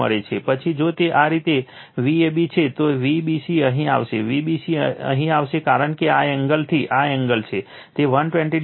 પછી જો તે આ રીતે Vab છે તો Vbc અહીં આવશે Vbc અહીં આવશે કારણ કે આ એંગલથી આ એંગલ છે તે 120o છે